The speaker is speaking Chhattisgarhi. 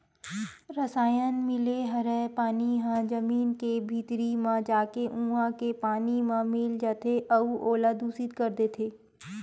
रसायन मिले हरय पानी ह जमीन के भीतरी म जाके उहा के पानी म मिल जाथे अउ ओला दुसित कर देथे